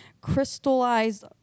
crystallized